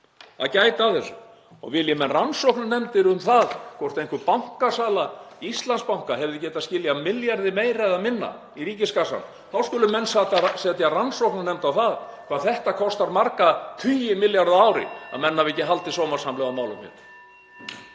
að gæta að þessu. Vilji menn rannsóknarnefndir um það hvort einhver bankasala Íslandsbanka hefði getað skilað milljarði meira eða minna í ríkiskassann þá skulu menn setja rannsóknarnefnd um það hvað það kostar marga tugi milljarða á ári að menn hafi ekki haldið sómasamlega á málum.